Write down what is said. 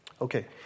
Okay